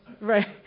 Right